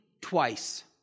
twice